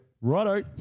Righto